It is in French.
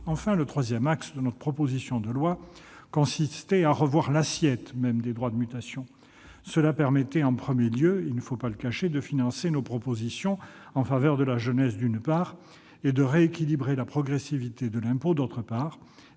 et dernier enjeu de notre proposition de loi consistait à revoir l'assiette même des droits de mutation. Cela permettait, en premier lieu- il ne faut pas le cacher -, de financer nos propositions en faveur de la jeunesse tout en rééquilibrant la progressivité de l'impôt, et, en